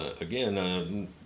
again